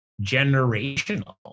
generational